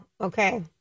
Okay